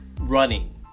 running